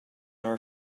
nor